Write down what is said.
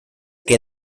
que